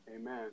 Amen